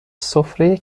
سفره